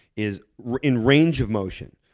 is in range of motion.